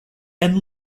and